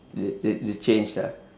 the the the change lah